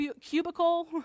cubicle